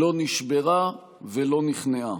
לא נשברה ולא נכנעה.